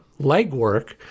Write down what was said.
legwork